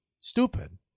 stupid